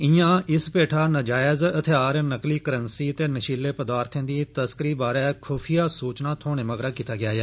इयां इस पेठा नजायज हथियार नकली करंसी ते नशीले पदार्थें दी तस्करी बारै ख्फिया सूचनां थोहने मगरा कीता गेया ऐ